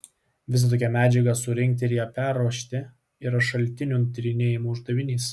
visą tokią medžiagą surinkti ir ją perruošti yra šaltinių tyrinėjimo uždavinys